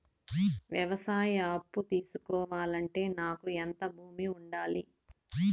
వ్యవసాయ అప్పు తీసుకోవాలంటే నాకు ఎంత భూమి ఉండాలి?